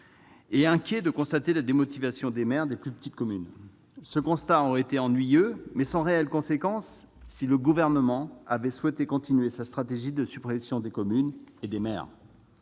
et inquiet de constater la démotivation des maires des plus petites communes. Ce constat aurait été ennuyeux, mais sans réelle conséquence, si le Gouvernement avait souhaité continuer sa stratégie de suppression des communes et des maires.